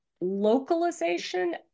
localization